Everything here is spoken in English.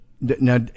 Now